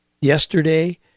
yesterday